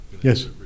Yes